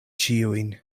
ĉiujn